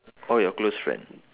or your close friend